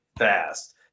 fast